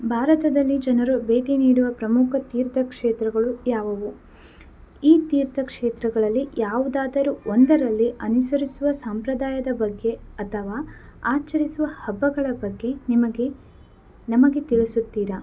ಭಾರತದಲ್ಲಿ ಜನರು ಭೇಟಿ ನೀಡುವ ಪ್ರಮುಖ ತೀರ್ಥಕ್ಷೇತ್ರಗಳು ಯಾವುವು ಈ ತೀರ್ಥಕ್ಷೇತ್ರಗಳಲ್ಲಿ ಯಾವುದಾದರು ಒಂದರಲ್ಲಿ ಅನುಸರಿಸುವ ಸಂಪ್ರದಾಯದ ಬಗ್ಗೆ ಅಥವಾ ಆಚರಿಸುವ ಹಬ್ಬಗಳ ಬಗ್ಗೆ ನಿಮಗೆ ನಮಗೆ ತಿಳಿಸುತ್ತೀರ